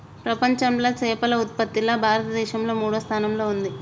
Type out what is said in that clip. ప్రపంచంలా చేపల ఉత్పత్తిలా భారతదేశం మూడో స్థానంలా ఉంది